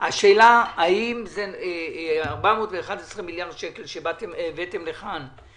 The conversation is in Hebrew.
האם 411 מיליארד שקלים שהבאתם לכאן הם